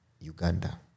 Uganda